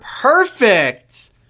perfect